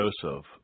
Joseph